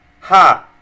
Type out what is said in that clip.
Ha